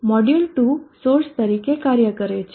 module 2 source તરીકે કાર્ય કરે છે